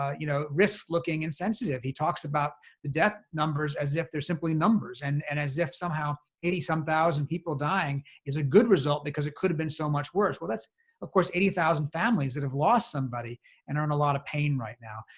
you know, risks looking insensitive. he talks about the death numbers as if they're simply numbers. and and as if somehow eighty some thousand people dying is a good result because it could have been so much worse. well, that's of course, eighty thousand families that have lost somebody and are in a lot of pain right now.